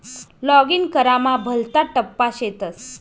login करामा भलता टप्पा शेतस